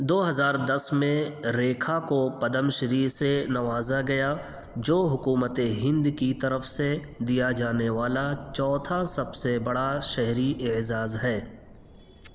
دو ہزار دس میں ریکھا کو پدم شری سے نوازا گیا جو حکومتِ ہند کی طرف سے دیا جانے والا چوتھا سب سے بڑا شہری اعزاز ہے